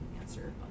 answer